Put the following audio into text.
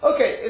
Okay